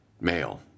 male